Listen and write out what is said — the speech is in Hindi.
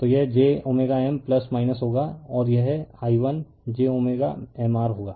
तो यह j M होगा और यह i1 j Mr होगा